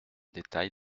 détail